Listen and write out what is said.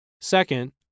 Second